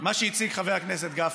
שמה שהציג חבר הכנסת גפני,